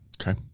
Okay